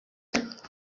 ariko